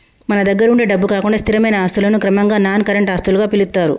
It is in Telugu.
మన దగ్గరుండే డబ్బు కాకుండా స్థిరమైన ఆస్తులను క్రమంగా నాన్ కరెంట్ ఆస్తులుగా పిలుత్తారు